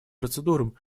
процедурам